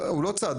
צד,